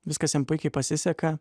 viskas jam puikiai pasiseka